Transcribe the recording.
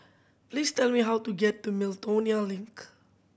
please tell me how to get to Miltonia Link